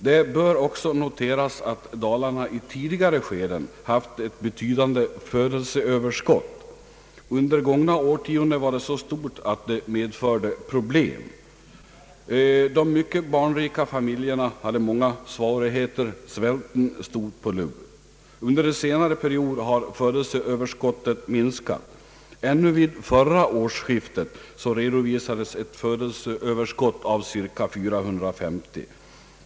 Det bör också noteras att Dalarna tidigare haft ett betydande födelseöverskott. Under gångna årtionden var detta så stort att det medförde problem. De mycket barnrika familjerna hade många svårigheter. Svälten stod på lur. Under en senare period har födelseöverskottet minskat. Ännu vid förra årsskiftet redovisades ett födelseöverskott av ca 450.